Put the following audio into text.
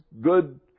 good